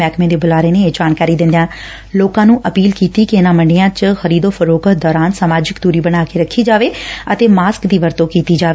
ਮਹਿਕਮੇ ਦੇ ਬੁਲਾਰੇ ਨੇ ਇਹ ਜਾਣਕਾਰੀ ਦਿਦਿਆ ਲੋਕਾ ਨੂੰ ਅਪੀਲ ਕੀਤੀ ਕਿ ਇਨੂਾ ਮੰਡੀਆਂ ਚ ਖਰੀਦੋ ਫਰੋਖ਼ਤ ਦੌਰਾਨ ਸਮਾਜਿਕ ਦੁਰੀ ਬਣਾਕੇ ਰੱਖੀ ਜਾਵੇ ਅਤੇ ਮਾਸਕ ਦੀ ਵਰਤੋਂ ਕੀਤੀ ਜਾਵੇ